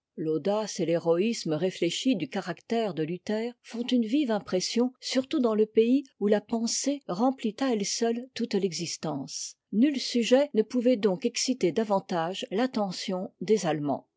l'audace et l'héroïsme réfléchi du caractère de luther font une vive impression surtout dans le pays où la pensée remplit à elle seule toute l'existence nul sujet ne pouvait donc exciter davantage l'attention des auemands